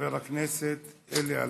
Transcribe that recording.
חבר הכנסת אלי אלאלוף,